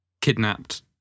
kidnapped